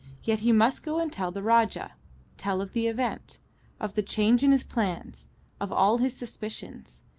yet he must go and tell the rajah tell of the event of the change in his plans of all his suspicions.